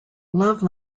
love